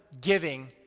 giving